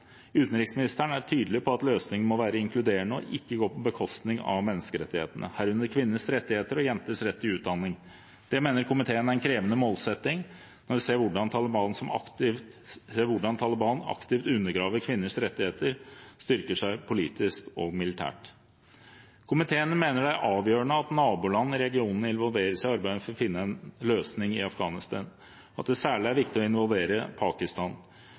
Utenriksministeren er tydelig på at løsningen må være inkluderende og ikke gå på bekostning av menneskerettighetene, herunder kvinners rettigheter og jenters rett til utdanning. Det mener komiteen er en krevende målsetting, når vi ser hvordan Taliban, som aktivt undergraver kvinners rettigheter, styrker seg politisk og militært. Komiteen mener det er avgjørende at naboland i regionen involverer seg i arbeidet med å finne en løsning i Afghanistan, og at det særlig er viktig å involvere Pakistan.